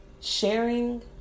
sharing